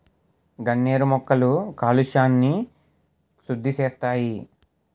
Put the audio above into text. గన్నేరు మొక్కలు కాలుష్యంని సుద్దిసేస్తాయి